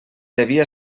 devia